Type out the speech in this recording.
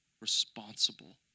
responsible